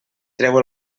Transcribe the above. treu